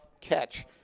catch